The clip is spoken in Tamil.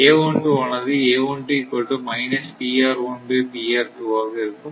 ஆனது ஆக இருக்கும்